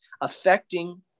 affecting